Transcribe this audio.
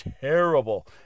Terrible